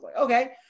Okay